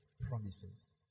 promises